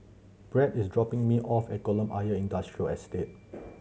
Brad is dropping me off at Kolam Ayer Industrial Estate